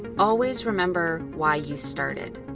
always remember why you started.